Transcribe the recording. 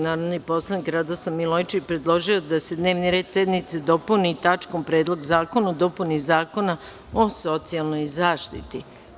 Narodni poslanik Radoslav Milojičić predložio je da se dnevni red sednice dopuni tačkom – Predlog zakona o dopuni Zakona o socijalnoj zaštiti.